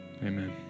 Amen